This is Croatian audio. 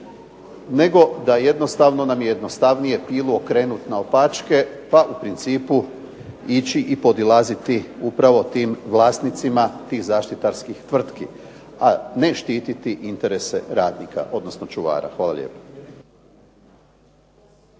nego da jednostavno nam je jednostavnije bilo okrenut naopačke pa u principu ići i podilaziti upravo tim vlasnicima tih zaštitarskih tvrtki, a ne štititi interese radnika odnosno čuvara. Hvala lijepo.